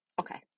Okay